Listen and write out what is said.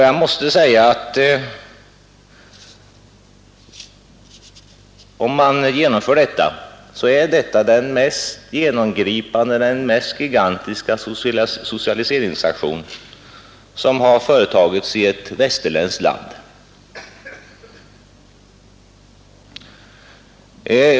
Jag måste säga att om man genomför detta, så är det den mest genomgripande, den mest gigantiska socialiseringsaktion som har företagits i ett västerländskt land.